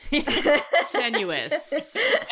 Tenuous